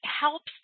helps